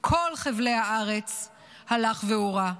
הלך והורע,